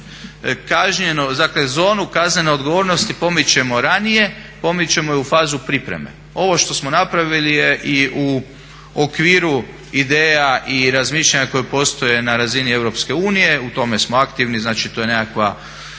zonu kaznene odgovornosti pomičemo ranije, pomičemo je u fazu pripreme. Ovo što smo napravili je i u okviru ideja i razmišljanja koje postoje na razini Europske unije. U tome smo aktivni, znači to je nekakva